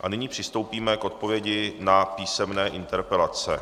A nyní přistoupíme k odpovědi na písemné interpelace.